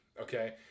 Okay